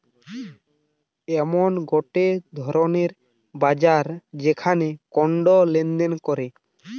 এমন গটে ধরণের বাজার যেখানে কন্ড লেনদেন করে